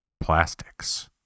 Plastics